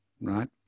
Right